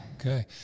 okay